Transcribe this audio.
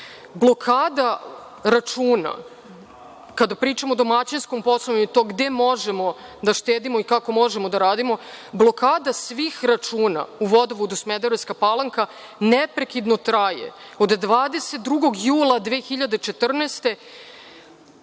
u štrajk. Kada pričamo o domaćinskom poslovanju i to gde možemo da štedimo i kako možemo da radimo, blokada svih računa u „Vodovodu“ Smederevska Palanka neprekidno traje od 22. jula 2014.